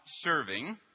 serving